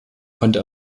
konnte